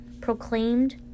proclaimed